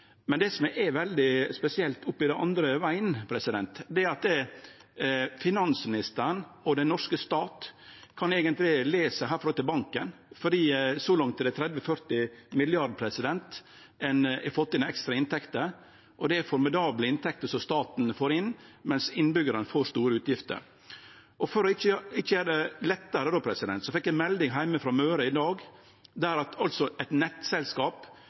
Men det som er veldig spesielt oppi det, den andre vegen, er at finansministeren og den norske stat eigentleg kan le herifrå til banken, for så langt har ein fått inn 30–40 mrd. kr i ekstra inntekter. Det er formidable inntekter som staten får inn, mens innbyggjarane får store utgifter. For ikkje å gjere det lettare: Eg fekk melding heimanfrå, frå Møre, i dag. Der har eit nettselskap